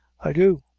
i do.